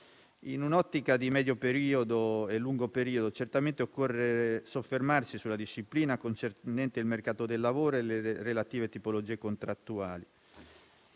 In un'ottica di medio e lungo periodo certamente occorre soffermarsi sulla disciplina concernente il mercato del lavoro e le relative tipologie contrattuali.